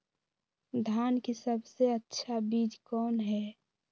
धान की सबसे अच्छा बीज कौन है?